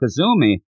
Kazumi